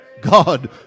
God